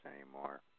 anymore